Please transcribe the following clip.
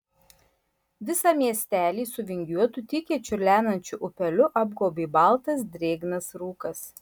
visą miesteli su vingiuotu tykiai čiurlenančiu upeliu apgaubė baltas drėgnas rūkas